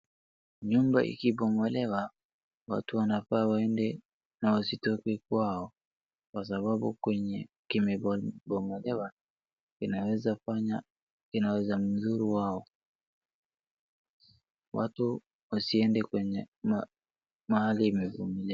Nyumba ikibomolewa, watu wanafaa waende na wasitoke kwao, kwa sababu kwenye kimebomolewa inawezamdhuru wao, watu wasiende kwenye mahali imebomolewa.